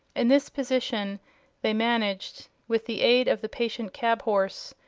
in this position they managed, with the aid of the patient cab-horse,